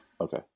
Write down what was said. Okay